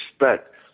respect